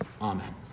Amen